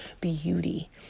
beauty